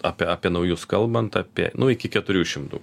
apie apie naujus kalbant apie nuo iki keturių šimtų